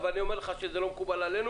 אבל אני אומר לך שזה לא מקובל עלינו